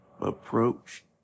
approach